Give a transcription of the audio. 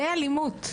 זה אלימות.